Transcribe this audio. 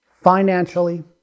financially